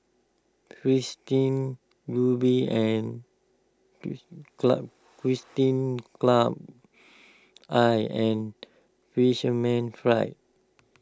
Fristine and club Fristine Club I and Fisherman's Friend